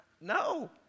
no